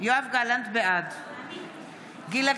בעד גילה